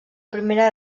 primera